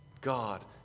God